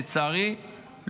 לצערי,